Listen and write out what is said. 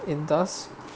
it does